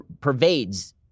pervades